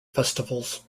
festivals